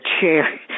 chair